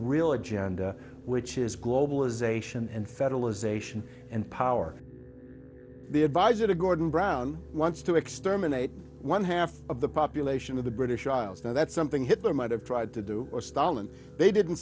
real agenda which is globalization and federalization and power the advisor to gordon brown wants to exterminate one half of the population of the british isles and that's something hitler might have tried to do or stalin they didn't